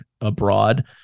abroad